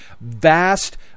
vast